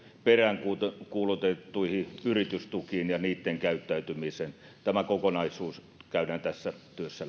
peräänkuulutettuihin yritystukiin ja niitten käyttäytymiseen tämä kokonaisuus käydään tässä työssä